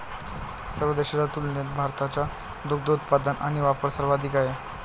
सर्व देशांच्या तुलनेत भारताचा दुग्ध उत्पादन आणि वापर सर्वाधिक आहे